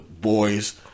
boys